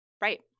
Right